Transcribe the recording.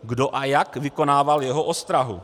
Kdo a jak vykonával jeho ostrahu?